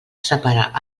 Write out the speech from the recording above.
separa